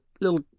little